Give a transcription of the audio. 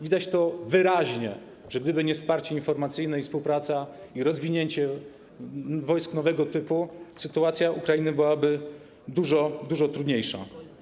Widać to wyraźnie, że gdyby nie wsparcie informacyjne, współpraca i rozwinięcie wojsk nowego typu, sytuacja Ukrainy byłaby dużo trudniejsza.